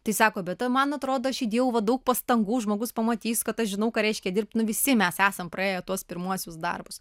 tai sako bet man atrodo aš įdėjau va daug pastangų žmogus pamatys kad aš žinau ką reiškia dirbt na visi mes esam praėję tuos pirmuosius darbus